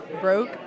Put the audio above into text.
broke